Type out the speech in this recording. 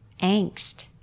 angst